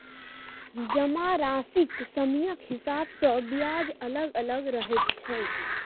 जमाराशिक समयक हिसाब सँ ब्याज अलग अलग रहैत छै